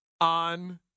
on